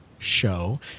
show